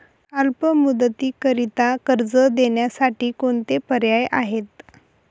अल्प मुदतीकरीता कर्ज देण्यासाठी कोणते पर्याय आहेत?